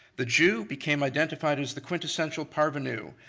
the jew became identified as the quintessential parvenu,